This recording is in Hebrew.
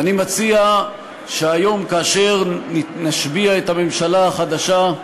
ואני מציע שהיום, כאשר נשביע את הממשלה החדשה,